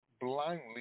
blindly